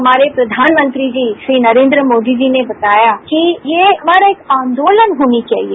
हमारे प्रधानमंत्री जी श्री नरेन्द्र मोदी जी ने बताया कि ये हमारा आंदोलन होना चाहिए